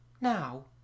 Now